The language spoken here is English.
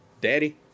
Daddy